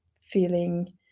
feeling